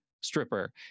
stripper